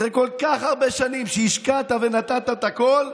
אחרי כל כך הרבה שנים שבהן השקעת ונתת את הכול,